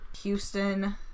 Houston